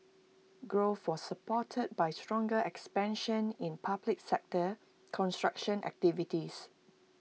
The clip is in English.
growth was supported by stronger expansion in public sector construction activities